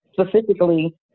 specifically